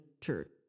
church